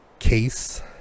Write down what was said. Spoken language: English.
case